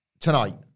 tonight